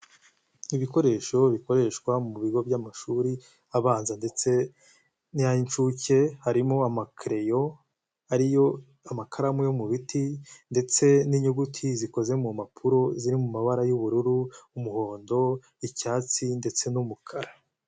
Ibikoresho bikoreshwa mu bigo by'amashuri abanza ndetse, nayincuke. Harimo amakereyo, ariyo amakaramu yo mu biti ndetse n'inyuguti zikoze mu mpapuro ziri mu mabara y'ubururu, umuhondo, icyatsi, ndetse n'umukara.